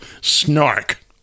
snark